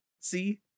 see